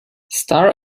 star